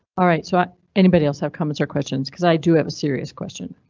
alright, so anybody else have comments or questions cause i do have a serious question.